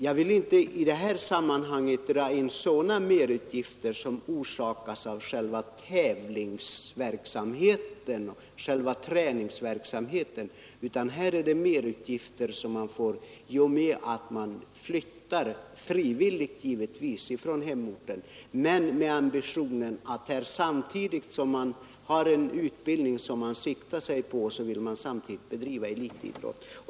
Jag vill inte i det här sammanhanget dra in sådana merutgifter som orsakas av själva tävlingsverksamheten eller själva träningsverksamheten, utan det är fråga om merutgifter som man får genom att man flyttar — frivilligt givetvis — från hemorten men med ambitionen att samtidigt som man genomgår en utbildning bedriva elitidrott.